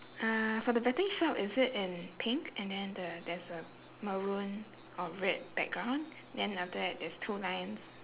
uh for the betting shop is it in pink and then the there's a maroon or red background then after that there's two lines